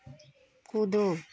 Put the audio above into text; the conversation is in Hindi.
कूदो